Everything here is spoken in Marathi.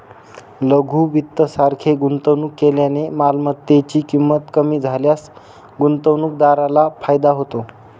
लघु वित्त सारखे गुंतवणूक केल्याने मालमत्तेची ची किंमत कमी झाल्यास गुंतवणूकदाराला फायदा होतो